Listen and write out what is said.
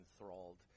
enthralled